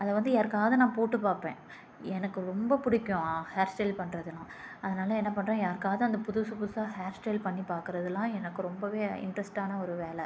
அதை வந்து யாருக்காவது நான் போட்டு பார்ப்பேன் எனக்கு ரொம்ப பிடிக்கும் ஹேர் ஸ்டைல் பண்ணுறதுன்னா அதனால என்ன பண்ணுற அது யாருக்காவது புதுசு புதுசு ஹேர் ஸ்டைல் பண்ணி பாக்கிறதுலாம் எனக்கு ரொம்ப இன்ட்ரெஸ்ட்டான ஒரு வேலை